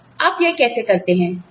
अब आप यह कैसे करते हैं